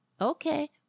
okay